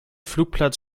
flugplatz